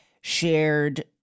shared